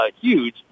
huge